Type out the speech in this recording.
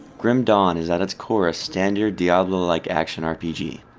grim dawn is at its core a standard diablo-like action rpg.